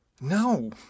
No